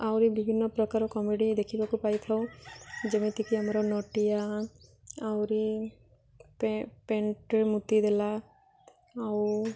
ଆହୁରି ବିଭିନ୍ନ ପ୍ରକାର କମେଡ଼ି ଦେଖିବାକୁ ପାଇ ଥାଉ ଯେମିତିକି ଆମର ନଟିଆ ଆହୁରି ପେଣ୍ଟ୍ରେ ମୁତି ଦେଲା ଆଉ